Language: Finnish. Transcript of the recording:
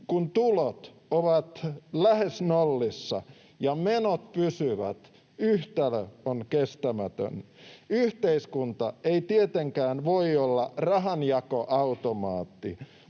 kun tulot ovat lähes nollissa ja menot pysyvät, yhtälö on kestämätön. Yhteiskunta ei tietenkään voi olla rahanjakoautomaatti,